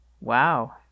Wow